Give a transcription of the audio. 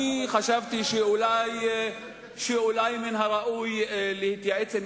אני חשבתי שאולי מן הראוי להתייעץ עם